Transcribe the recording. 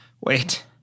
Wait